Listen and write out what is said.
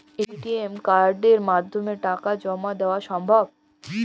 ATM কার্ডের মাধ্যমে টাকা জমা দেওয়া সম্ভব?